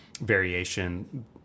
variation